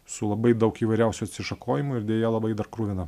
su labai daug įvairiausių atsišakojimų ir deja labai dar kruvina